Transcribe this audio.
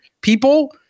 people